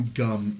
gum